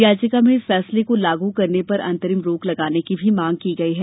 याचिका में इस फैसले को लागू करने पर अंतरिम रोक लगाने की भी मांग की गई है